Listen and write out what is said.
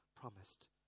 promised